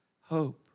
hope